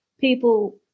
people